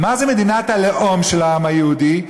מה זה "מדינת הלאום של העם היהודי"?